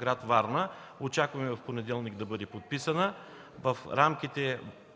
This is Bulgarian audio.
град Варна. Очакваме в понеделник да бъде подписано.